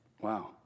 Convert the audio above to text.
Wow